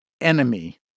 enemy